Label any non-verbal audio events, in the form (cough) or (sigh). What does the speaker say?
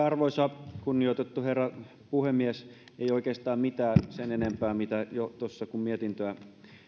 (unintelligible) arvoisa kunnioitettu herra puhemies ei oikeastaan mitään sen enempää kuin mitä jo tuossa sanoin kun mietintöä